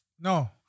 no